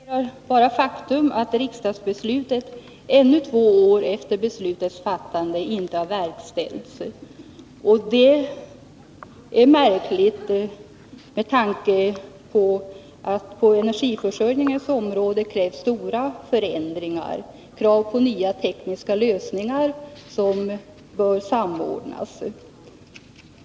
Herr talman! Jag konstaterar bara faktum, att riksdagsbeslutet ännu två år efter beslutets fattande inte har verkställts. Det är märkligt med tanke på att på energiförsörjningens område krävs stora förändringar, nya tekniska lösningar, som bör samordnas.